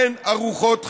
אין ארוחות חינם.